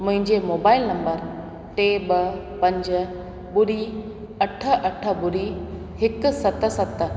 मुंहिंजे mobile number टे ॿ पंज ॿुड़ी अठ अठ ॿुड़ी हिकु सत सत